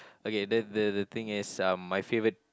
okay the the the thing is um my favourite